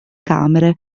camere